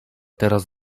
teraz